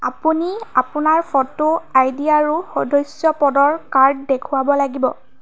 আপুনি আপোনাৰ photo ID আৰু সদস্য পদৰ কাৰ্ড দেখুৱাব লাগিব